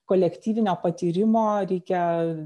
kolektyvinio patyrimo reikia